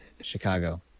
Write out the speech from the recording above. Chicago